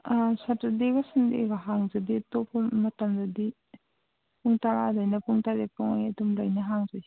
ꯁꯇꯔꯗꯦꯒ ꯁꯟꯗꯦꯒ ꯍꯥꯡꯖꯗꯦ ꯑꯇꯣꯞꯄ ꯃꯇꯝꯗꯗꯤ ꯄꯨꯡ ꯇꯔꯥꯗꯒꯤꯅ ꯄꯨꯡ ꯇꯔꯦꯠ ꯐꯥꯎ ꯑꯗꯨꯝ ꯂꯣꯏꯅ ꯍꯥꯡꯖꯩ